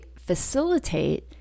facilitate